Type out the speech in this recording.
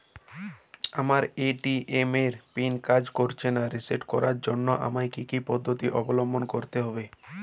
আমার এ.টি.এম এর পিন কাজ করছে না রিসেট করার জন্য আমায় কী কী পদ্ধতি অবলম্বন করতে হবে?